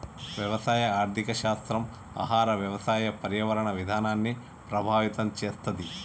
వ్యవసాయ ఆర్థిక శాస్త్రం ఆహార, వ్యవసాయ, పర్యావరణ విధానాల్ని ప్రభావితం చేస్తది